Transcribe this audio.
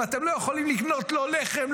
אם אתם לא יכולים לקנות לא לחם,